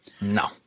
No